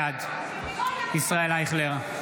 בעד ישראל אייכלר,